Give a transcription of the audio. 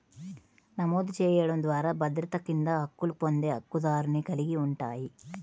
నమోదు చేయడం ద్వారా భద్రత కింద హక్కులు పొందే హక్కుదారుని కలిగి ఉంటాయి,